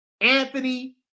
Anthony